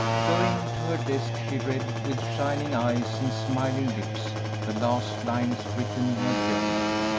going to her desk, she read with shining eyes and smiling lips the last lines written in her journal,